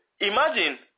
imagine